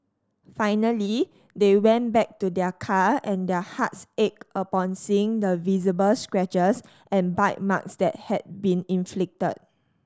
finally they went back to their car and their hearts ached upon seeing the visible scratches and bite marks that had been inflicted